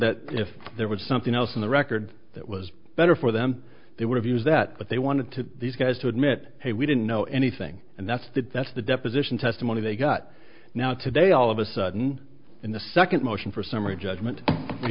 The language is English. that if there was something else in the record that was better for them they were of use that what they wanted to these guys to admit hey we didn't know anything and that's that that's the deposition testimony they got now today all of a sudden in the second motion for summary judgment